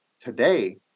today